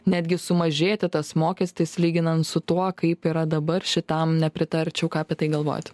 netgi sumažėti tas mokestis lyginant su tuo kaip yra dabar šitam nepritarčiau ką apie tai galvojat